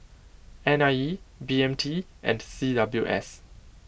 N I E B M T and C W S